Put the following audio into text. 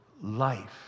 life